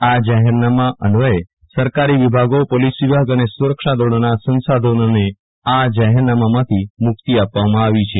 આ જાહેરનામા અન્વયે સરકારી વિભાગોપોલીસ વિભાગ અને સુરક્ષાદળોના સંસાધનોને આ જાહેરનામાંથી મુક્તિ આપવામાં આવી છે